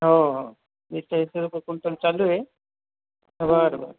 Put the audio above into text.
हो हो चालू आहे बरं बर